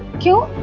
you